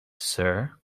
sir